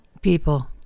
People